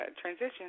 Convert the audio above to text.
transition